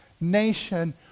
nation